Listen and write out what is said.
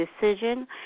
decision